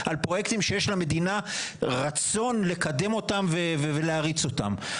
על פרויקטים שיש למדינה רצון לקדם אותם ולהריץ אותם.